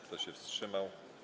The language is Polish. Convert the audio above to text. Kto się wstrzymał?